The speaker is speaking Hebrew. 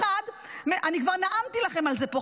1. אני כבר נאמתי לכם על זה פה,